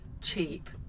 cheap